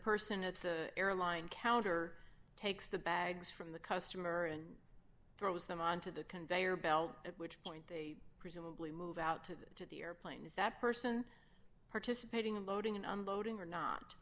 person at the airline counter takes the bags from the customer and throws them onto the conveyor belt at which point they presumably move out of the airplane is that person participating in loading and unloading or not